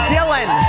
Dylan